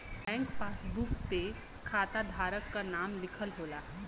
bank passbook पे खाता धारक क नाम लिखल होला